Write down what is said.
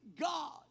God